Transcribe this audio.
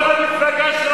כל המפלגה שלכם חתיכת שרץ.